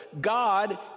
god